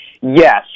Yes